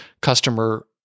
customer